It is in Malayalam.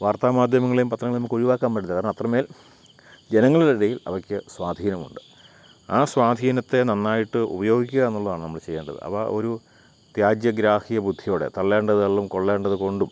വാർത്താ മാധ്യമങ്ങളേയും പത്രങ്ങളേയും നമുക്ക് ഒഴിവാക്കാൻ പറ്റത്തില്ല കാരണം അത്രമേൽ ജനങ്ങളുടെ ഇടയിൽ അവയ്ക്ക് സ്വാധീനമുണ്ട് ആ സ്വാധീനത്തെ നന്നായിട്ട് ഉപയോഗിക്കുക എന്നുള്ളതാണ് നമ്മൾ ചെയ്യേണ്ടത് അപ്പം ഒരു ത്യാജ്യ ഗ്രാഹ്യ ബുദ്ധിയോടെ തള്ളേണ്ടത് തള്ളും കൊള്ളേണ്ടത് കൊണ്ടും